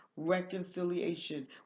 Reconciliation